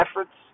efforts